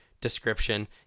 description